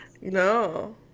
no